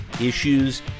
issues